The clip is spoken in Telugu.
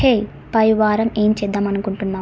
హేయ్ పై వారం ఏం చేద్దాం అనుకుంటున్నావు